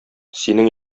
синең